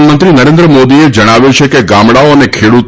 પ્રધાનમંત્રી નરેન્દ્ર મોદીએ જણાવ્યું છે કે ગામડાઓ અને ખેડૂતો